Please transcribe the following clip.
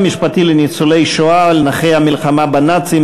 משפטי לניצולי שואה ולנכי המלחמה בנאצים,